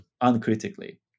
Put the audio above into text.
uncritically